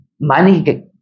money